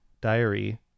diary